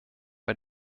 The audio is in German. bei